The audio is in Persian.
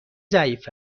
ضعیف